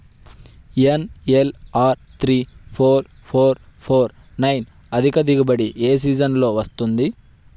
NLR three four four four nine అధిక దిగుబడి ఏ సీజన్లలో వస్తుంది?